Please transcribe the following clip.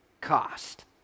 cost